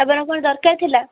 ଆପଣଙ୍କର ଦରକାର ଥିଲା